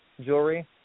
jewelry